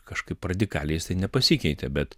kažkaip radikaliai nepasikeitė bet